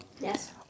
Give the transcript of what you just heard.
Yes